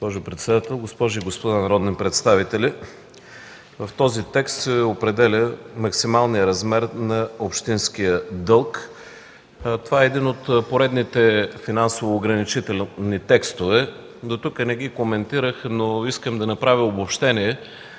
госпожи и господа народни представители! В този текст се определя максималният размер на общинския дълг. Това е един от поредните финансово ограничителни текстове. Дотук не ги коментирах, но искам да направя обобщение